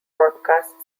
broadcast